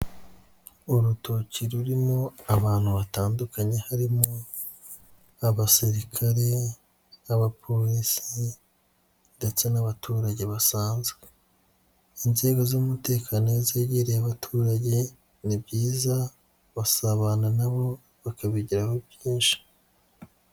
Urutoki rurimo abantu batandukanye harimo: abasirikare n'abapolisi ndetse n'abaturage basanzwe, inzego z'umutekano iyo zegereye abaturage ni byiza basabana na bo bakabigeraho byinshi.